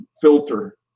filter